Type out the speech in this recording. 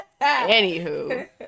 Anywho